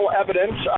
evidence